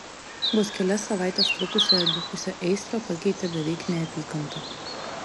vos kelias savaites trukusią abipusę aistrą pakeitė beveik neapykanta